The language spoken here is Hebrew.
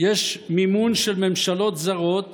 יש מימון של ממשלות זרות